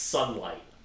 Sunlight